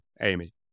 Amy